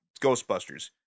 Ghostbusters